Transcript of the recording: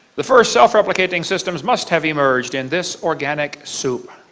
the first self replicating system must have emerged in this organic soup.